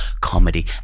comedy